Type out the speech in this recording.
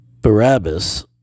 Barabbas